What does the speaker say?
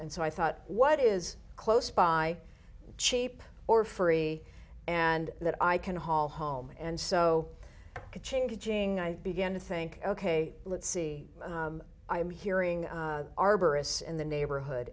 and so i thought what is close by cheap or free and that i can haul home and so changing i began to think ok let's see i am hearing arborists in the neighborhood